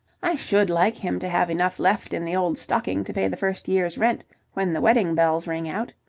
i should like him to have enough left in the old stocking to pay the first year's rent when the wedding bells ring out.